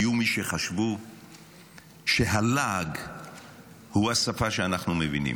היו מי שחשבו שהלעג הוא השפה שאנחנו מבינים.